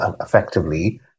effectively